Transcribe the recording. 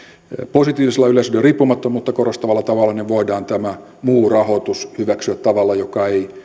positiivisella yleisradion riippumattomuutta korostavalla tavalla voidaan tämä muu rahoitus hyväksyä tavalla joka ei